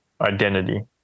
identity